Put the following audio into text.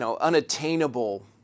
unattainable